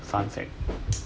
fun fact